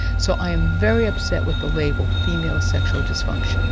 so i'm very upset with the label female sexual dysfunction.